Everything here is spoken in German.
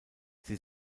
sie